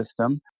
system